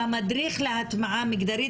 שהמדריך להטמעה מגדרית,